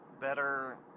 better